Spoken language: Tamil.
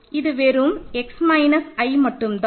இது வெறும் x மைனஸ் i மட்டும்தான்